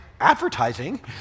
advertising